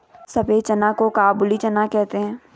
सफेद चना को काबुली चना कहते हैं